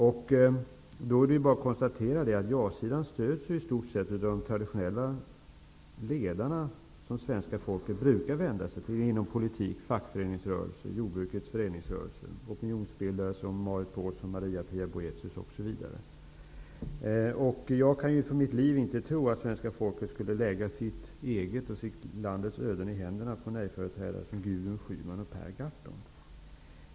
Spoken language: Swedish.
Det är bara att konstatera att ja-sidan i stort sett stöds av traditionella ledare inom politik, fackföreningsrörelse, jordbrukets föreningsrörelse eller av opinionsbildare som Marit Paulsen och Maria-Pia Boe thius och som svenska folket brukar vända sig till. Jag kan för mitt liv inte tro att svenska folket skulle lägga sitt eget och landets öden i händerna på nejföreträdare som Gudrun Schyman och Per Gahrton.